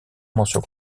mention